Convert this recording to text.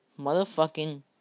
Motherfucking